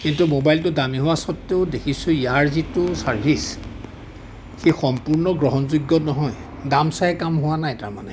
কিন্তু ম'বাইলটো দামী হোৱা স্বত্বেও দেখিছোঁ ইয়াৰ যিটো ছাৰ্ভিছ সি সম্পূৰ্ণ গ্ৰহণযোগ্য নহয় দাম চাই কাম হোৱা নাই তাৰ মানে